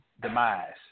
demise